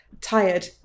tired